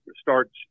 starts